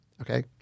Okay